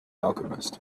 alchemist